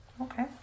Okay